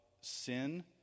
sin